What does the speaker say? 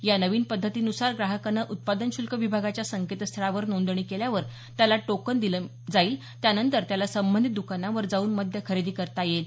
या नवीन पद्धतीनुसार ग्राहकाने उत्पादन शुल्क विभागाच्या संकेतस्थळावर नोंदणी केल्यावर त्याला टोकन दिलं मिळेल त्यानंतर त्याला संबंधित दकानावर जाऊन मद्य खरेदी करता येईल